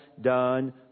done